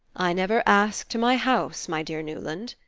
i never ask to my house, my dear newland,